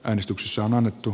äänestyksessä on annettu